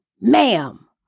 Ma'am